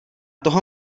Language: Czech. toho